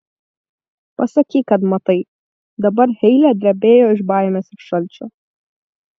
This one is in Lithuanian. pasakyk kad matai dabar heile drebėjo iš baimės ir šalčio